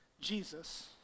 Jesus